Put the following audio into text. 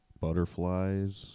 butterflies